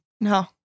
No